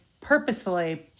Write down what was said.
purposefully